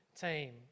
team